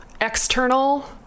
external